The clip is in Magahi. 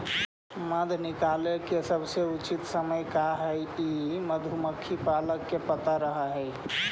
मध निकाले के सबसे उचित समय का हई ई मधुमक्खी पालक के पता रह हई